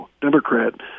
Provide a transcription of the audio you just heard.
Democrat